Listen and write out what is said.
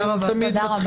תודה רבה.